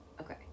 okay